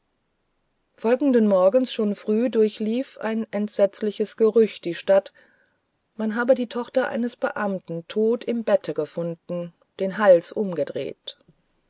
folgenden morgens schon früh durchlief ein entsetzliches gerücht die stadt man habe die tochter eines beamten tot im bette gefunden den hals umgedreht